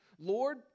Lord